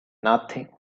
nothing